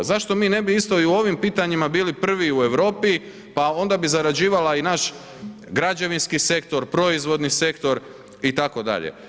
Zašto mi ne bi isto u ovim pitanjima bili prvi u Europi, pa onda bi zarađivala i naš građevinski sektor, proizvodni sektor, itd.